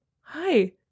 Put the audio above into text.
hi